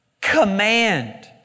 command